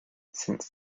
since